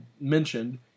mentioned